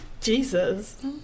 Jesus